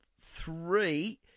three